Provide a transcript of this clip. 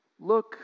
look